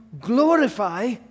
glorify